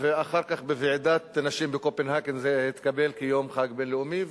ואחר כך בוועידת נשים בקופנהגן זה התקבל כיום חג בין-לאומי.